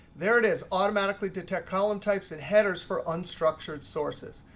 there it is. automatically detect column types and headers for unstructured sources.